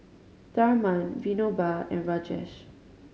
Tharman Vinoba and Rajesh